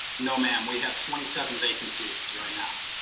no ma'am we have twenty seven vacancies right now.